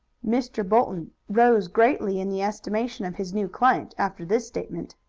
mr. bolton rose greatly in the estimation of his new client after this statement.